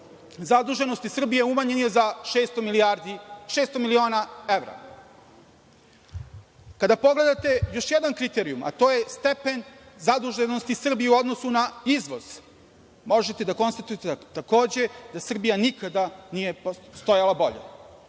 zaduženosti Srbije umanjen je za 600 miliona evra. Kada pogledate još jedan kriterijum, a to je stepen zaduženosti Srbije u odnosu na izvoz, možete da konstatujete takođe da Srbija nikada nije stajala bolje.